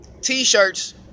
T-shirts